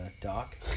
Doc